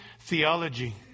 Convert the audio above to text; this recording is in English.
theology